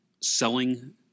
selling